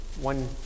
one